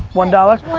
one dollars?